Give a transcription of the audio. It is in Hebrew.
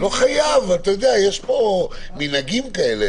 לא חייב, אבל אתה יודע, יש פה מנהגים כאלה.